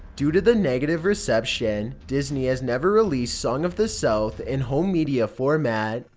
due to the negative reception, disney has never released song of the south in home media format,